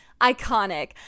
iconic